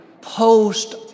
Post